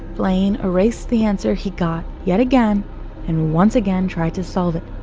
blaine erased the answer he got yet again and once again tried to solve it.